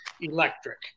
electric